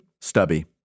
stubby